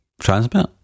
transmit